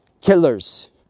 killers